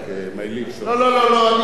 אני אשמח לשמוע את דעתכם,